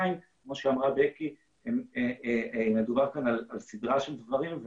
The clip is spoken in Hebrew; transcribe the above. מדובר כאן על סדרה של דברים.